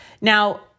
Now